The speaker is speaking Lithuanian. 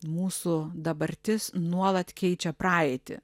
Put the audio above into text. mūsų dabartis nuolat keičia praeitį